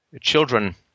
children